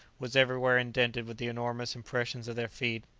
was everywhere indented with the enormous impressions of their feet.